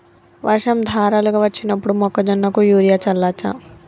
వర్షం ధారలుగా వచ్చినప్పుడు మొక్కజొన్న కు యూరియా చల్లచ్చా?